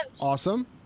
Awesome